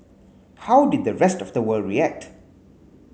how did the rest of the world react